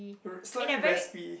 r~ slightly raspy